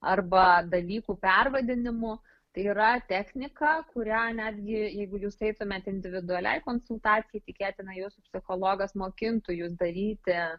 arba dalykų pervadinimu tai yra technika kurią netgi jeigu jūs eitumėt individualiai konsultacijai tikėtina jūsų psichologas mokintų jus daryti